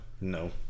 No